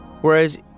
Whereas